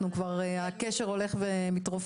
אנחנו כבר הקשר הולך ומתרופף.